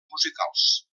musicals